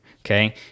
Okay